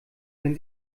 wenn